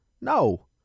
No